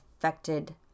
affected